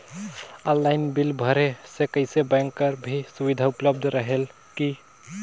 Online bill भरे से कइसे बैंक कर भी सुविधा उपलब्ध रेहेल की?